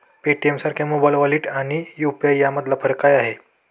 पेटीएमसारख्या mobile wallet आणि UPI यामधला फरक काय आहे?